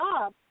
job